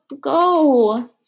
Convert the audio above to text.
go